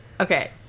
Okay